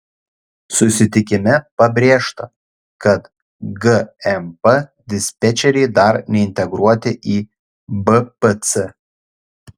susitikime pabrėžta kad gmp dispečeriai dar neintegruoti į bpc